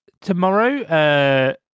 tomorrow